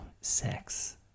sex